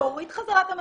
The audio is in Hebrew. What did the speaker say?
להוריד חזרה את המחירים.